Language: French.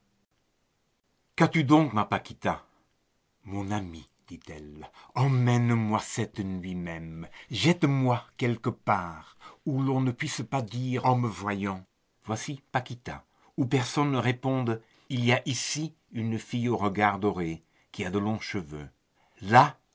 qu'as-tu donc ma paquita mon ami dit-elle emmène-moi cette nuit même jette moi quelque part où l'on ne puisse pas dire en me voyant voici paquita où personne ne réponde il y a ici une fille au regard doré qui a de longs cheveux là